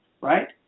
right